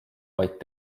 vaid